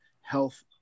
health